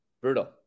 Brutal